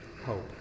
hope